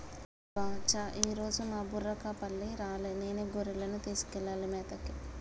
అబ్బ చా ఈరోజు మా బుర్రకపల్లి రాలే నేనే గొర్రెలను తీసుకెళ్లాలి మేతకి